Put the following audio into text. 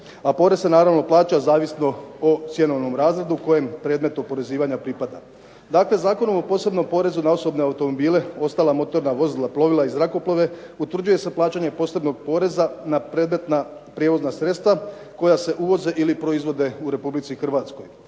A porez se naravno plaća zavisno o cjenovnom razredu kojem predmet oporezivanja pripada. Dakle, Zakonom o posebnom porezu na osobne automobile, ostala motorna vozila, plovila i zrakoplove utvrđuje se plaćanje posebnog poreza na predmetna prijevozna sredstva koja se uvoze ili proizvode u Republici Hrvatskoj.